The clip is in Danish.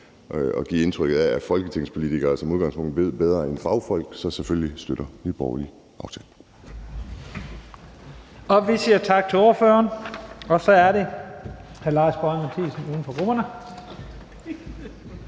at give indtryk af, at folketingspolitikere som udgangspunkt ved bedre end fagfolk. Så selvfølgelig støtter Nye Borgerlige aftalen.